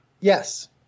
Yes